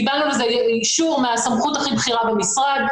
קיבלנו על זה אישור מהסמכות הכי בכירה במשרד,